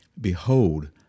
Behold